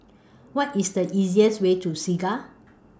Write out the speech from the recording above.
What IS The easiest Way to Segar